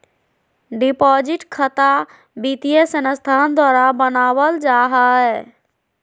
deposit खता वित्तीय संस्थान द्वारा बनावल जा हइ